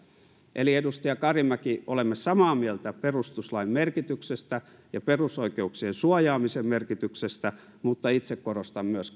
eli edustaja karimäki olemme samaa mieltä perustuslain merkityksestä ja perusoikeuksien suojaamisen merkityksestä mutta itse korostan myös